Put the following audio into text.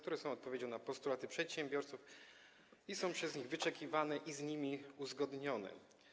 Są one odpowiedzią na postulaty przedsiębiorców, są przez nich wyczekiwane i z nimi uzgodnione.